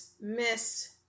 Miss